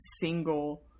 single